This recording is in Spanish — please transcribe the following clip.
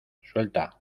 suelta